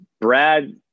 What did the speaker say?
Brad